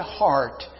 heart